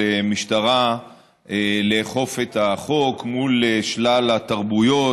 משטרה לאכוף את החוק מול שלל התרבויות,